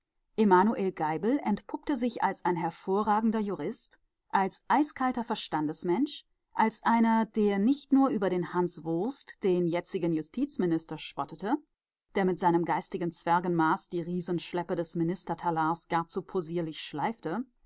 emanuel geibel entpuppte sich als ein hervorragender jurist als eiskalter verstandesmensch als einer der nicht nur über den hanswurst den jetzigen justizminister spottete der mit seinem geistigen zwergenmaß die riesenschleppe des ministertalars gar zu possierlich schleifte